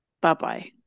Bye-bye